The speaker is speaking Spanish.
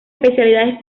especialidades